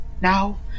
Now